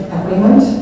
agreement